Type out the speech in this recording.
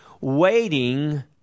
waiting